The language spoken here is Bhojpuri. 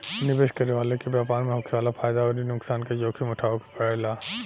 निवेश करे वाला के व्यापार में होखे वाला फायदा अउरी नुकसान के जोखिम उठावे के पड़ेला